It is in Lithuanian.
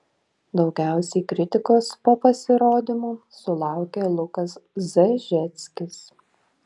daugiausiai kritikos po pasirodymų sulaukė lukas zažeckis